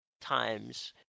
times